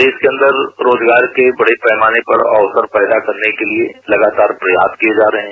प्रदेश के अन्दर रोजगार के पड़े पैमाने पर अवसर पैदा करने के लिए लगातार प्रयास किये जा रहे हैं